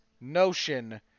notion